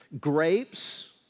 grapes